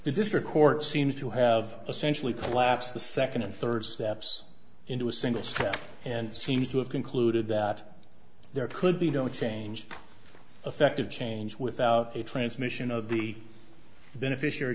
the district court seems to have essentially collapsed the second and third steps into a single state and seems to have concluded that there could be no change effect of change without a transmission of the beneficiary